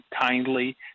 kindly